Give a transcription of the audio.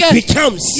becomes